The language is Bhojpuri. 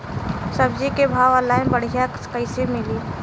सब्जी के भाव ऑनलाइन बढ़ियां कइसे मिली?